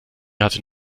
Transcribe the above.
hatte